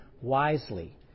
wisely